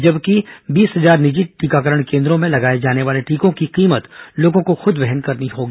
जबकि बीस हजार निजी टीकाकरण केन्द्रों में लगाये जाने वाले टीकों की कीमत लोगों को खूद वहन करनी होगी